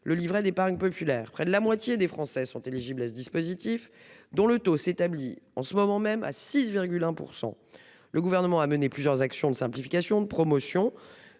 le livret d'épargne populaire (LEP). Près de la moitié des Français sont éligibles à ce livret, dont le taux s'établit aujourd'hui à 6,1 %. Le Gouvernement a mené plusieurs actions de simplification et de promotion